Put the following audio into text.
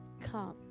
Come